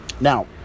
Now